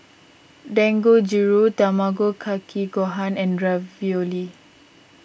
Dangojiru Tamago Kake Gohan and Ravioli